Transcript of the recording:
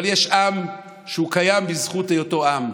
אבל יש עם שהוא קיים בזכות היותו עם.